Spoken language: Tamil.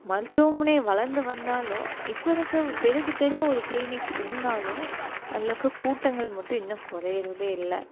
மருத்துவமனை வளர்ந்து வந்தாலும் இப்போ இருக்க தெருக்கு தெரு ஒரு கிளினிக் இருந்தாலும் அதிலருக்க கூட்டங்கள் மட்டும் இன்னும் குறையுறதே இல்லை